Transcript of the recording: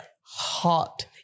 hot